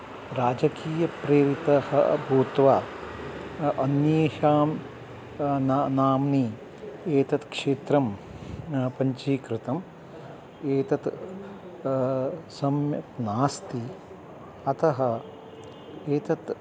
राजकीयप्रेरितः भूत्वा अन्येषां ना नाम्नि एतत् क्षेत्रं पञ्जीकृतम् एतत् सम्यक् नास्ति अतः एतत्